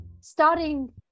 starting